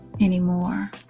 anymore